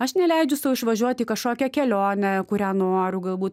aš neleidžiu sau išvažiuot į kažkokią kelionę kurią noriu galbūt